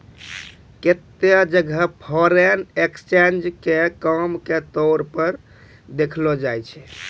केत्तै जगह foreign exchange के काम के तौर पर देखलो जाय छै